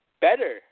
better